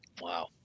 Wow